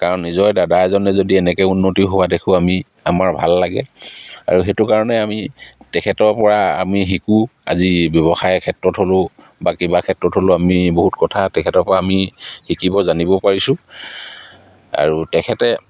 কাৰণ নিজৰে দাদা এজনে যদি এনেকৈ উন্নতি হোৱা দেখোঁ আমি আমাৰ ভাল লাগে আৰু সেইটো কাৰণে আমি তেখেতৰপৰা আমি শিকোঁ আজি ব্যৱসায়ৰ ক্ষেত্ৰত হ'লেও বা কিবা ক্ষেত্ৰত হ'লেও আমি বহুত কথা তেখেতৰপৰা আমি শিকিব জানিব পাৰিছোঁ আৰু তেখেতে